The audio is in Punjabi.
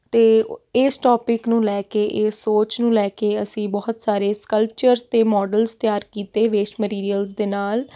ਅਤੇ ਇਸ ਟੋਪਿਕ ਨੂੰ ਲੈ ਕੇ ਇਹ ਸੋਚ ਨੂੰ ਲੈ ਅਸੀਂ ਬਹੁਤ ਸਾਰੇ ਸਕਲਪਚਰਸ ਅਤੇ ਮੋਡਲਸ ਤਿਆਰ ਕੀਤੇ ਵੇਸਟ ਮਟਰੀਅਲਸ ਦੇ ਨਾਲ